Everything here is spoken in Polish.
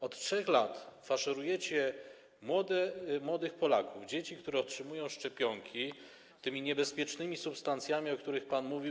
Od 3 lat faszerujecie młodych Polaków, dzieci, które otrzymują szczepionki, tymi niebezpiecznymi substancjami, o których pan mówił.